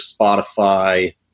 Spotify